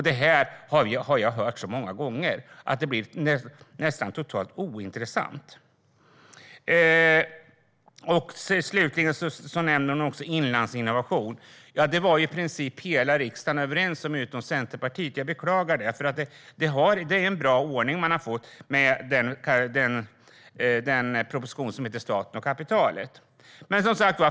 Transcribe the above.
Det har jag hört så många gånger att det nästan blir totalt ointressant. Slutligen nämner hon också Inlandsinnovation. Det var i princip hela riksdagen överens om utom Centerpartiet. Jag beklagar det. Det är en bra ordning man har fått med den proposition som heter Staten och kapitalet .